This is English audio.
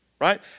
right